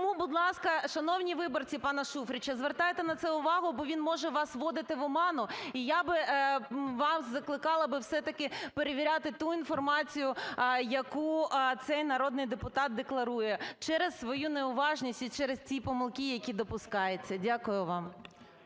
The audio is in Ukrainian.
Тому, будь ласка, шановні виборці пана Шуфрича, звертайте на це увагу, бо він може вас вводити в оману і я би вас закликала би все-таки перевіряти ту інформацію, яку цей народний депутат декларує, через свою неуважність і через ці помилки, які допускаються. Дякую вам.